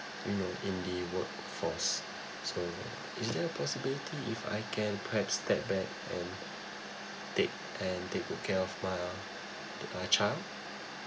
you know in the workforce so is there a possibility if I can perhaps step back and take and take good care of my uh child